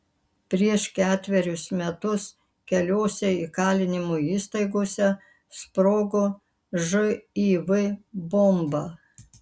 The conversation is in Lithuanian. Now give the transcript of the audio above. prieš ketverius metus keliose įkalinimo įstaigose sprogo živ bomba